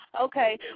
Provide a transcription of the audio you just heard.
Okay